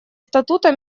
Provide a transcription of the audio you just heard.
статута